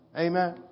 Amen